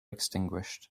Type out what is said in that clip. extinguished